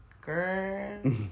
girl